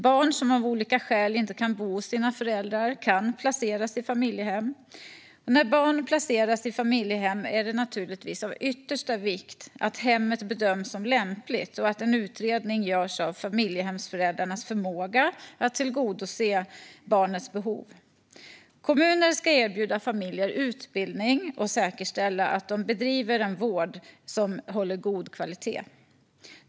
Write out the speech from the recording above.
Barn som av olika skäl inte kan bo hos sina föräldrar kan placeras i familjehem, och när barn placeras i familjehem är det naturligtvis av yttersta vikt att hemmet bedöms som lämpligt och att en utredning görs av familjehemsföräldrarnas förmåga att tillgodose barnets behov. Kommuner ska erbjuda familjerna utbildning och säkerställa att de bedriver en vård som håller god kvalitet.